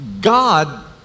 God